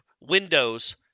windows